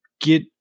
get